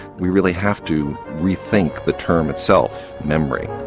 we really have to rethink the term itself memory.